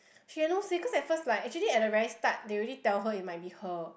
Sharow said because at first like actually at the very start they already tell her it might be her